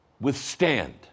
withstand